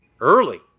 Early